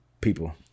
people